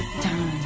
Time